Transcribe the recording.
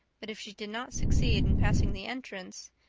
but if she did not succeed in passing the entrance,